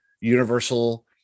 universal